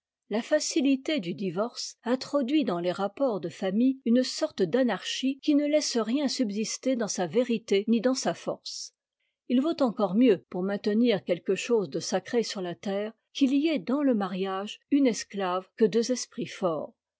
la facilité du divorce introduit dans les rapports de famille une sorte d'anarchie qui ne laisse rien subsister dans sa vérité ni dans sa force il vaut encore mieux pour maintenir quelque chose de sacré sur la terre qu'il y ait dans le mariage une esclave que deux esprits forts